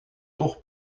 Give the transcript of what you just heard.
toch